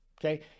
okay